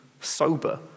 sober